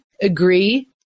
agree